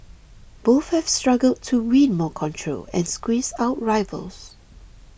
both have struggled to win more control and squeeze out rivals